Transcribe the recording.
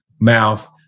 mouth